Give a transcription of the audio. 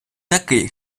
такий